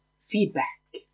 feedback